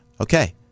Okay